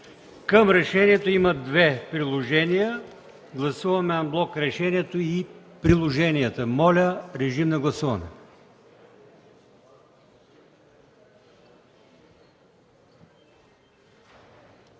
Към решението има две приложения. Гласуваме анблок решението и приложенията. Моля, гласувайте.